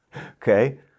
Okay